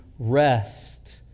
Rest